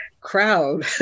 crowd